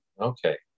Okay